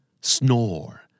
snore